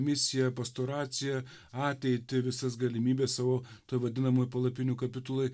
misiją pastoraciją ateitį visas galimybes savo toj vadinamoj palapinių kapituloj